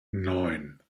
neun